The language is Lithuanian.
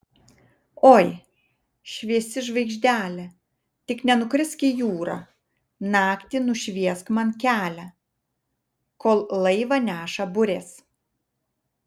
oi šviesi žvaigždele tik nenukrisk į jūrą naktį nušviesk man kelią kol laivą neša burės